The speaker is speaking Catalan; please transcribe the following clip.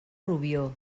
rubió